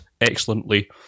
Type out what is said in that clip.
excellently